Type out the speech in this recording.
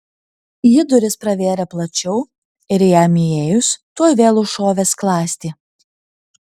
ji duris pravėrė plačiau ir jam įėjus tuoj vėl užšovė skląstį